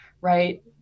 right